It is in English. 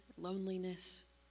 loneliness